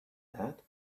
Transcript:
that